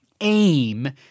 aim